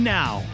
now